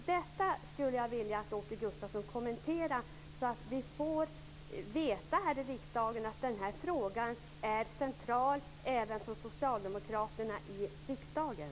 Detta skulle jag vilja att Åke Gustavsson kommenterar, så att vi får veta att denna fråga är central även för socialdemokraterna i riksdagen.